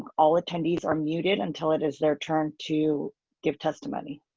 all attendees are muted until it is their turn to give testimony.